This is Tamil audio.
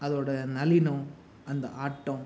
அதோடய நளினம் அந்த ஆட்டம்